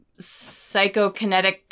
psychokinetic